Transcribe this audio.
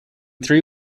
three